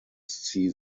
see